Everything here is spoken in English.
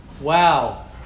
Wow